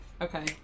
Okay